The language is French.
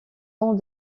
ans